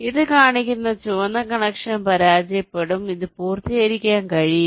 ഇത് കാണിക്കുന്ന ചുവന്ന കണക്ഷൻ പരാജയപ്പെടും നിങ്ങൾക്ക് ഇത് പൂർത്തിയാക്കാൻ കഴിയില്ല